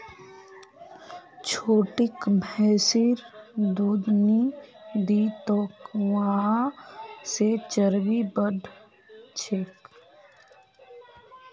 छोटिक भैंसिर दूध नी दी तोक वहा से चर्बी बढ़ छेक